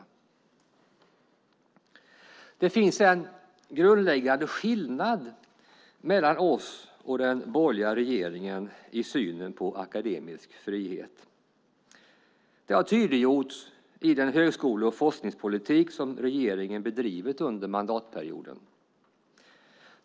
Det finns en grundläggande skillnad mellan oss och den borgerliga regeringen i synen på akademisk frihet. Det har tydliggjorts i den högskole och forskningspolitik som regeringen bedrivit under mandatperioden.